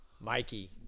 Mikey